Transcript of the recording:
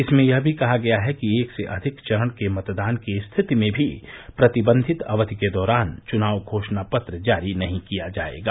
इसमें यह भी कहा गया है कि एक से अधिक चरण के मतदान की स्थिति में भी प्रतिबंधित अवधि के दौरान चुनाव घोषणा पत्र जारी नहीं किया जाएगा